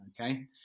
okay